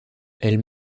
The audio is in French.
elle